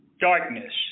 darkness